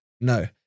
no